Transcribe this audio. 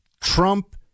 Trump